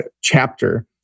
chapter